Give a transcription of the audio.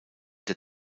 der